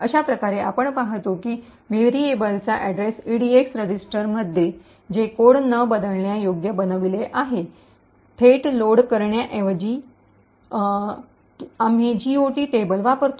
अशा प्रकारे आपण पाहतो की व्हेरिएबलचा पत्ता EDX रजिस्टरमध्ये जे कोड न बदलण्यायोग्य बनविले आहे थेट लोड करण्याऐवजी आम्ही GOT टेबल वापरतो